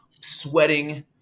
sweating